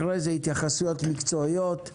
אחרי זה התייחסויות מקצועיות.